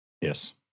Yes